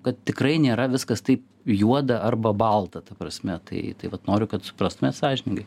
kad tikrai nėra viskas taip juoda arba balta ta prasme tai tai vat noriu kad suprastumėt sąžiningai